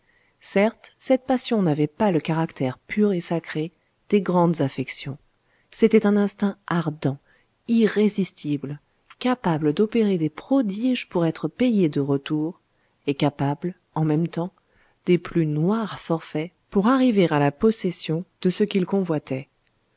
certes cette passion n'avait pas le caractère pur et sacré des grandes affections c'était un instinct ardent irrésistible capable d'opérer des prodiges pour être payé de retour et capable en même temps des plus noirs forfaits pour arriver à la possession de ce qu'il convoitait